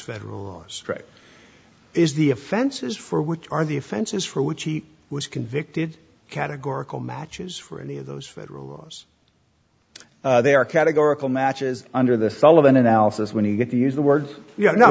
federal laws is the offenses for which are the offenses for which he was convicted categorical matches for any of those federal laws they are categorical matches under the sullivan analysis when you get to use the word y